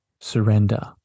surrender